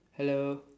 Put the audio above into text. hello